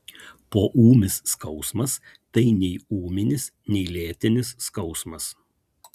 poūmis skausmas tai nei ūminis nei lėtinis skausmas